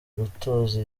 gutoza